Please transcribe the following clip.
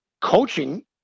coaching